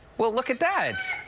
well, look at that!